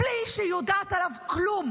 בלי שהיא יודעת עליו כלום,